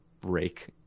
break